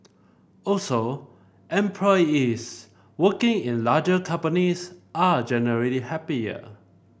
also employees working in larger companies are generally happier